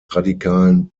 radikalen